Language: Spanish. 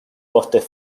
postes